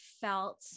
felt